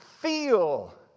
feel